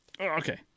Okay